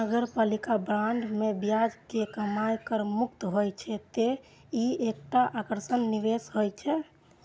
नगरपालिका बांड मे ब्याज के कमाइ कर मुक्त होइ छै, तें ई एकटा आकर्षक निवेश होइ छै